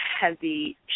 heavy